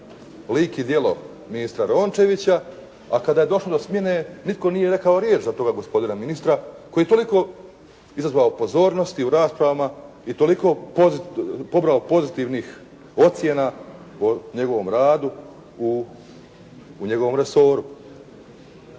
lik i djelo ministra Rončevića, a kada je došlo do smjene nitko nije rekao riječ za toga gospodina ministra koji je toliko izazvao pozornosti u raspravama i toliko pobrao pozitivnih ocjena o njegovom radu u njegovom resoru.